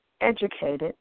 Educated